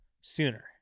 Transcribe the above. sooner